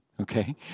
Okay